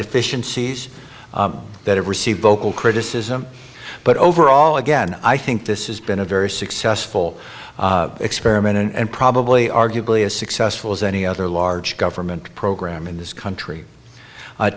deficiencies that have received vocal criticism but overall again i think this is been a very successful experiment and probably arguably as successful as any other large government program in this country